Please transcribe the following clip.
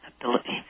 ability